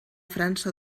frança